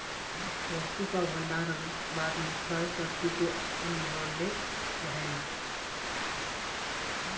वस्तु कअ भण्डारण बाद में क्रय शक्ति के बनवले रहेला